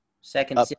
second